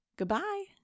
Goodbye